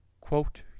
quote